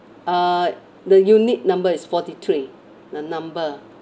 uh the unit number is forty three the number